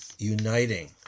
uniting